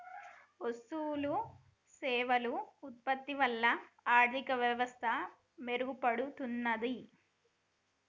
వస్తువులు సేవలు ఉత్పత్తి వల్ల ఆర్థిక వ్యవస్థ మెరుగుపడుతున్నాది